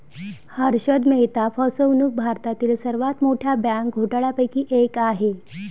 हर्षद मेहता फसवणूक भारतातील सर्वात मोठ्या बँक घोटाळ्यांपैकी एक आहे